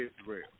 Israel